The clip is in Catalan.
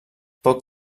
poc